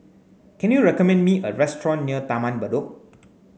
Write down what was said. can you recommend me a restaurant near Taman Bedok